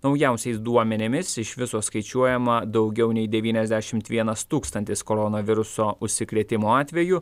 naujausiais duomenimis iš viso skaičiuojama daugiau nei devyniasdešimt vienas tūkstantis koronaviruso užsikrėtimo atvejų